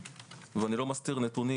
ואני לא מסתיר נתונים,